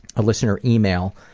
a listener email,